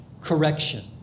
correction